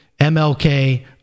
MLK